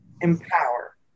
Empower